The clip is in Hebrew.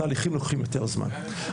תהליכים לוקחים יותר זמן.